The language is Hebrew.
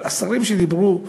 אבל השרים שדיברו,